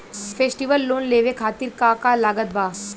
Festival loan लेवे खातिर का का लागत बा?